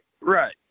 right